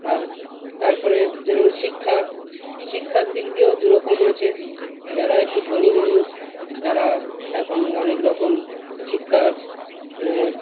আর তারপরে যেরকম শিক্ষা শিক্ষার দিক দিয়েও দুরকম আছে যারা একটু ধনী মানুষ তারা এখন অনেকরকম শিক্ষার মানে